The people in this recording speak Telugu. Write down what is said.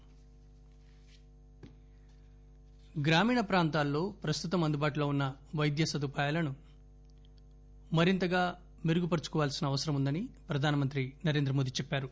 ప్రధానమంత్రి గ్రామీణ ప్రాంతాల్లో ప్రస్తుతం అందుబాటులో ఉన్న వైద్య సదుపాయాలను మరింతగా మెరుగు పరచుకోవలసిన అవసరం ఉందని ప్రధానమంత్రి నరేంద్ర మోడీ అన్సారు